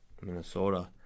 Minnesota